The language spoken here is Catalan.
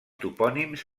topònims